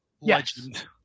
Legend